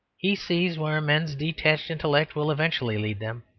he sees where men's detached intellect will eventually lead them,